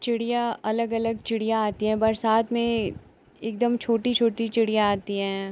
चिड़िया अलग अलग चिड़िया आती हैं बरसात में एकदम छोटी छोटी चिड़िया आती हैं